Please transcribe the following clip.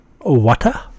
water